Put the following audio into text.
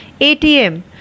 ATM